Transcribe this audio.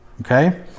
Okay